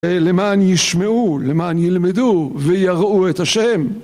למען ישמעו, למען ילמדו ויראו את השם